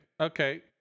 okay